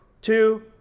two